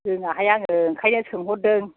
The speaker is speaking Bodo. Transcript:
रोङाहाय आङो बेनिखायनो सोंहरदों